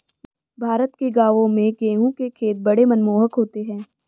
भारत के गांवों में गेहूं के खेत बड़े मनमोहक होते हैं